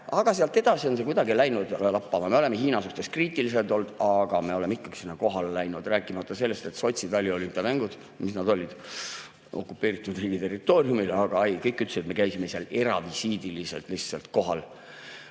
Aga sealt edasi on see kuidagi läinud lappama. Me oleme Hiina suhtes kriitilised olnud, aga me oleme ikkagi sinna kohale läinud, rääkimata sellest, et Sotši taliolümpiamängud olid okupeeritud riigi territooriumil, aga kõik ütlesid: me käisime seal eraviisiliselt lihtsalt kohal.